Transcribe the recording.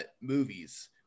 movies